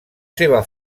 seva